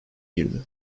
girdi